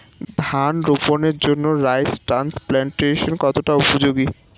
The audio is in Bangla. ধান রোপণের জন্য রাইস ট্রান্সপ্লান্টারস্ কতটা উপযোগী?